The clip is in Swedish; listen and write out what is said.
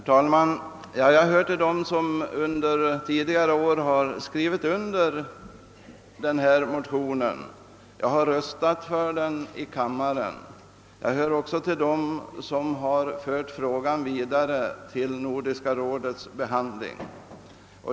Herr talman! Jag hör till dem som under tidigare år har skrivit under motionerna i detta ärende, och jag har röstat för dem i kammaren. Jag hör också till dem, som har fört frågan vidare till Nordiska rådets behandling.